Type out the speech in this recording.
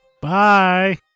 Bye